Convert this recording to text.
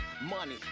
money